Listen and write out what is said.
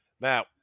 Now